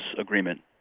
agreement